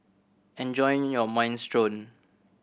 enjoy your Minestrone